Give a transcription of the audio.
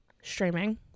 streaming